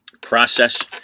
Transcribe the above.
process